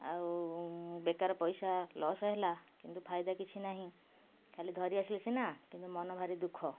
ଆଉ ବେକାର ପଇସା ଲସ୍ ହେଲା କିନ୍ତୁ ଫାଇଦା କିଛିନାହିଁ ଖାଲି ଧରି ଆସିଲି ସିନା କିନ୍ତୁ ମନ ଭାରି ଦୁଃଖ